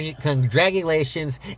Congratulations